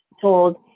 told